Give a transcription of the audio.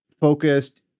focused